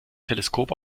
teleskop